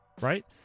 right